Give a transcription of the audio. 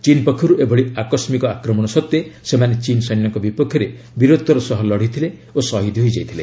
ଚୀନ ପକ୍ଷରୁ ଏଭଳି ଆକସ୍ମିକ ଆକ୍ରମଣ ସତ୍ତ୍ୱେ ସେମାନେ ଚୀନ ସୈନ୍ୟଙ୍କ ବିପକ୍ଷରେ ବୀରତ୍ୱର ସହ ଲଢ଼ିଥିଲେ ଓ ଶହୀଦ ହୋଇଯାଇଥିଲେ